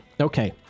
Okay